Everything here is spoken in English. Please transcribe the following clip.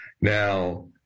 Now